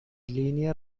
liner